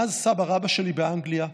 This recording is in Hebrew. מאז סבא רבא שלי באנגליה,